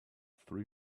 three